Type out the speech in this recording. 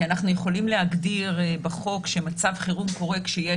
כי אנחנו יכולים להגדיר בחוק שמצב חירום קורה כשיש,